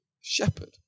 shepherd